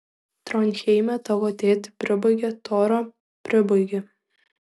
tronheime tavo tėtį pribaigė tora pribaigė